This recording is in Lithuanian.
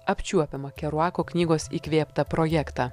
apčiuopiamą keruako knygos įkvėptą projektą